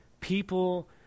people